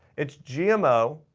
it's gmo,